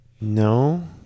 No